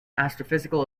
astrophysical